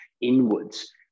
inwards